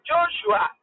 Joshua